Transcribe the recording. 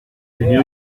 tenía